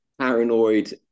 paranoid